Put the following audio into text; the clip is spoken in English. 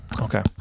Okay